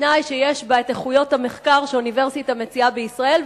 בתנאי שיש בה את איכויות המחקר שאוניברסיטה מציעה בישראל,